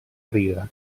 riga